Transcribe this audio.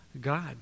God